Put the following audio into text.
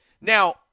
Now